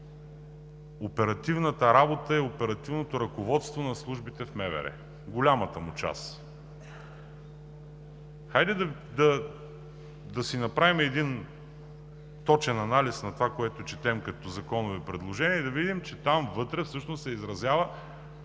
оперативната работа, и оперативното ръководство на службите в МВР – голямата му част. Хайде да си направим един точен анализ на това, което четем като законови предложения и да видим, че там вътре всъщност се изразява